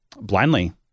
Blindly